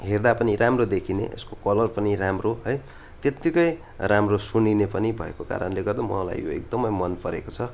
हेर्दा पनि राम्रो देखिने यसको कलर पनि राम्रो है त्यत्तिकै राम्रो सुनिने पनि भएको कारणले गर्दा मलाई यो एकदमै मनपरेको छ